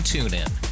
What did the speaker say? TuneIn